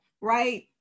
right